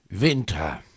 winter